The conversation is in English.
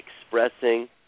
expressing